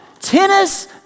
tennis